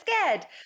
scared